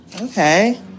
Okay